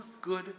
good